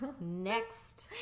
Next